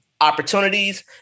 opportunities